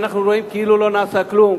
ואנחנו רואים כאילו לא נעשה כלום,